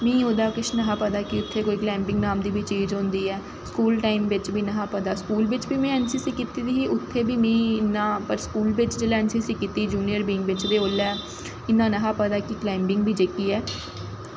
में ओह्दा किश नेईं ही पता कि कलाईंबिंग नांंऽ दी बी किश चीज होंदी ऐ स्कूल टाईम बिच्च बी नेईं ही पता स्कूल टाईम बी में ऐन्न सी सी कीती दी ही उत्थै पर स्कूल बिच्च में ऐन्न सी सी कीती युनियर लीग बिच्च ते उसलै इन्ना नेईं हा पता कि कलाईंबिंग जेह्की ऐ